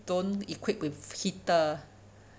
don't equip with heater